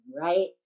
right